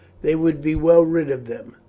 they would be well rid of them.